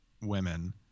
women